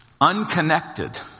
unconnected